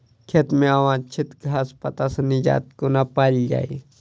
खेत मे अवांछित घास पात सऽ निजात कोना पाइल जाइ?